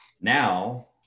Now